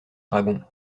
dragon